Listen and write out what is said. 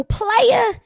player